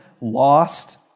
lost